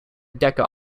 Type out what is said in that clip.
decca